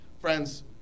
Friends